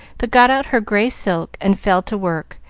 but got out her gray silk and fell to work,